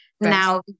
Now